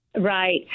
Right